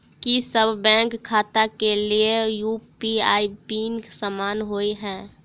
की सभ बैंक खाता केँ लेल यु.पी.आई पिन समान होइ है?